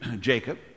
Jacob